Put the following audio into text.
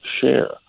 share